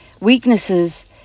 weaknesses